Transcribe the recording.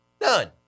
None